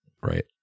Right